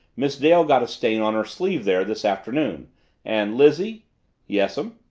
miss dale got a stain on her sleeve there this afternoon and lizzie yes'm?